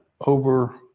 over